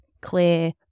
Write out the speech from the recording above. clear